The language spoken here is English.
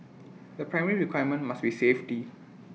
the primary requirement must be safety